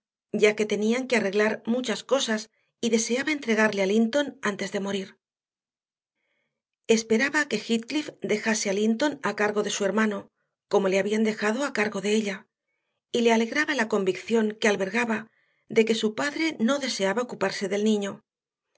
ya que tenían que arreglar muchas cosas y deseaba entregarle a linton antes de morir esperaba que heathcliff dejase a linton a cargo de su hermano como le habían dejado a cargo de ella y le alegraba la convicción que albergaba de que su padre no deseaba ocuparse del niño